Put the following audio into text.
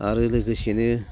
आरो लोगोसेनो